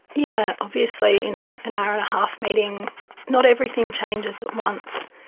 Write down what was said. yeah obviously in ah an hour and a half meeting not everything changes at once,